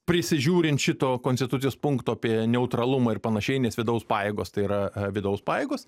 prisižiūrint šito konstitucijos punkto apie neutralumą ir panašiai nes vidaus pajėgos tai yra vidaus pajėgos